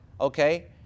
Okay